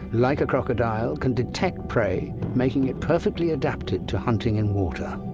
like a crocodile, can detect prey, making it perfectly adapted to hunting in water.